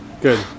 good